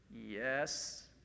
Yes